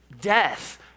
death